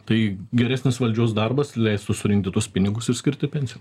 tai geresnis valdžios darbas leistų surinkti tuos pinigus ir skirti pensijom